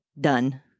done